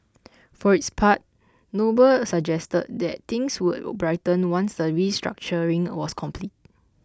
for its part Noble suggested that things would brighten once the restructuring was complete